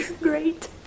great